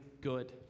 good